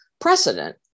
precedent